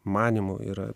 manymu yra